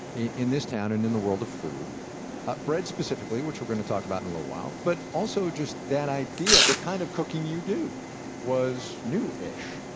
in this town and in the world of food ah bread specifically which we're going to talk about in a little while, but also just that idea the kind of cooking you do was new-ish.